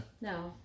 No